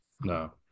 No